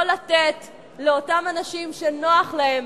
לא לתת לאותם אנשים שנוח להם